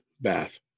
bath